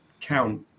count